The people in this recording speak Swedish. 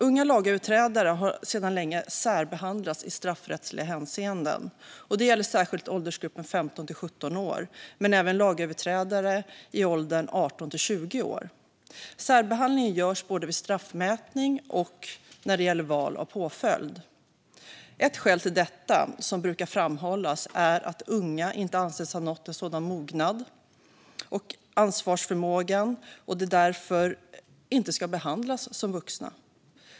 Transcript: Unga lagöverträdare har sedan länge särbehandlats i straffrättsliga hänseenden. Detta gäller särskilt åldersgruppen 15-17 år, men även lagöverträdare i åldern 18-20 år. Särbehandlingen sker både vid straffmätning och när det gäller val av påföljd. Ett skäl till detta, som brukar framhållas, är att unga inte anses ha nått en sådan mognad och ansvarsförmåga att de ska behandlas som vuxna.